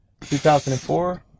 2004